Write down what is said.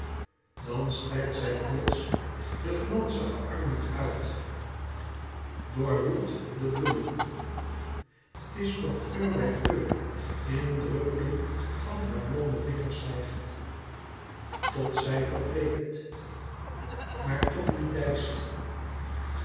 dan strekt zij plots de glanzige armen uit doorwoelt de bloemen t is of geur bij geur in drupplen van haar blonde vingers zijgt tot zij verbleekt maar toch niet deist